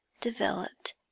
developed